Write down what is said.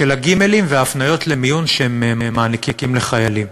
של הגימלים וההפניות למיון שהם נותנים לחיילים.